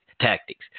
tactics